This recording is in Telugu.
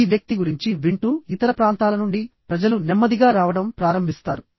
ఈ వ్యక్తి గురించి వింటూ ఇతర ప్రాంతాల నుండి ప్రజలు నెమ్మదిగా రావడం ప్రారంభిస్తారు